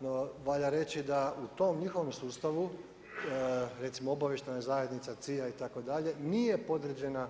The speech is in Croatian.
No valja reći da u tom njihovom sustavu, recimo obavještajna zajednica, CIA itd., nije podređena